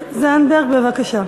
577, 582,